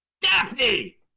Daphne